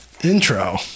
Intro